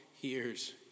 hears